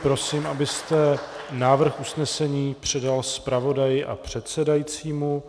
Prosím, abyste návrh usnesení předal zpravodaji a předsedajícímu.